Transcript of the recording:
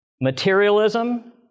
materialism